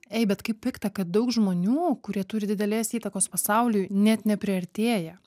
ei bet kaip pikta kad daug žmonių kurie turi didelės įtakos pasauliui net nepriartėja